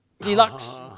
Deluxe